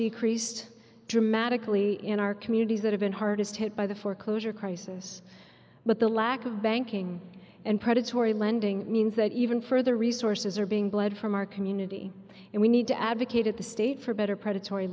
decreased dramatically in our communities that have been hardest hit by the foreclosure crisis but the lack of banking and predatory lending means that even further resources are being bled from our community and we need to advocate at the state for better predatory